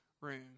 room